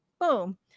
boom